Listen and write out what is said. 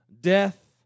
death